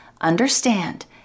understand